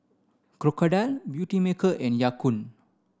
Crocodile Beautymaker and Ya Kun